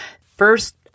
first